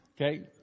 Okay